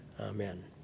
Amen